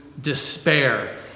despair